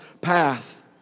path